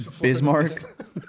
Bismarck